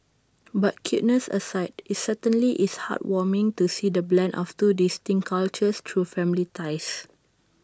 but cuteness aside IT certainly is heart warming to see the blend of two distinct cultures through family ties